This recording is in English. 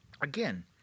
Again